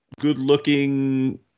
good-looking